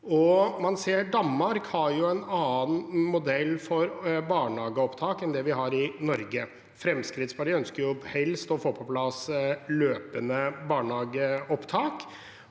Danmark har en annen modell for barnehageopptak enn vi har i Norge. Fremskrittspartiet ønsker helst å få på plass et løpende barnehageopptak,